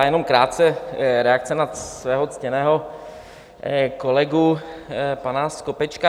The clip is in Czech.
Jenom krátce reakce na svého ctěného kolegu pana Skopečka.